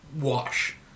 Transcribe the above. wash